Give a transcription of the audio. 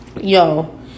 Yo